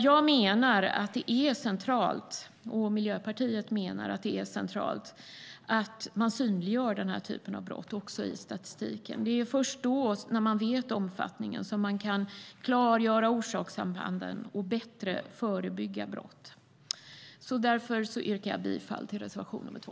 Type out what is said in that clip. Jag och Miljöpartiet menar att det är centralt att man synliggör den här typen av brott i statistiken. Det är först när man vet omfattningen som man kan klargöra orsakssambanden och bättre förebygga brott. Jag yrkar som sagt bifall till reservation nr 2.